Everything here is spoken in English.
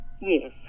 Yes